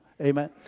Amen